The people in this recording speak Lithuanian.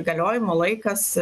galiojimo laikas